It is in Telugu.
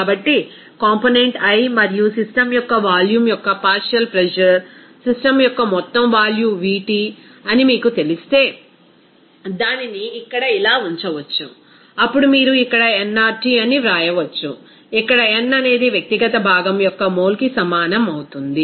కాబట్టి కాంపోనెంట్ i మరియు సిస్టమ్ యొక్క వాల్యూమ్ యొక్క పార్షియల్ ప్రెజర్ సిస్టమ్ యొక్క మొత్తం వాల్యూమ్ Vt అని మీకు తెలిస్తే దానిని ఇక్కడ ఇలా ఉంచవచ్చు అప్పుడు మీరు ఇక్కడ nRT అని వ్రాయవచ్చు ఇక్కడ n అనేది వ్యక్తిగత భాగం యొక్క మోల్కి సమానం అవుతుంది